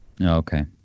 Okay